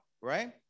right